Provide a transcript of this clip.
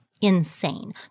insane